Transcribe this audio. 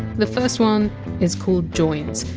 the first one is called joins.